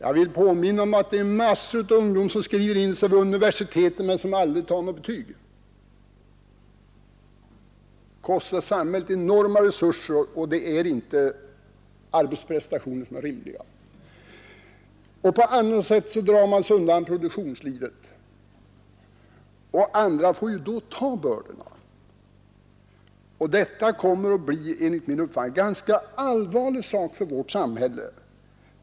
Jag vill påminna om att mängder av ungdom skriver in sig på universiteten utan att ta några betyg. De kostar samhället enorma resurser utan att utföra rimliga arbetsprestationer. Också på andra sätt drar man sig undan produktionslivet, och då får andra bära bördorna. Detta kommer enligt min uppfattning att bli något ganska allvarligt för vårt samhälle.